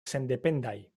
sendependaj